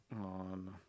on